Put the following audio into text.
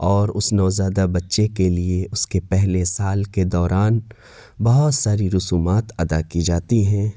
اور اس نوزائیدہ بچے کے لیے اس کے پہلے سال کے دوران بہت ساری رسومات ادا کی جاتی ہیں